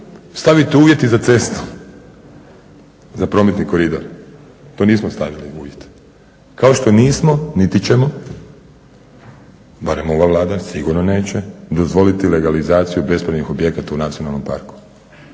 stavite uvjete za cestu, za prometni koridor. Tu nismo stavili uvjet, kao što nismo niti ćemo, barem ova Vlada sigurno neće dozvoliti legalizaciju bespravnih objekata u nacionalnom parku.